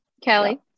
Kelly